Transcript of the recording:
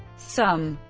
some,